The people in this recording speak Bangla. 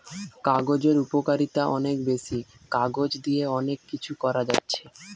কাগজের উপকারিতা অনেক বেশি, কাগজ দিয়ে অনেক কিছু করা যাচ্ছে